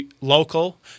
local